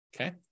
Okay